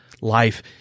life